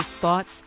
thoughts